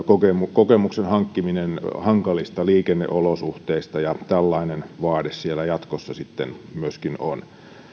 kokemuksen hankkiminen hankalista liikenneolosuhteista ja tällainen vaade siellä jatkossa sitten myöskin on